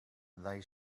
they